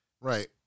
Right